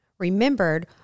remembered